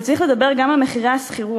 אבל צריך לדבר גם על מחירי השכירות.